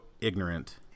ignorant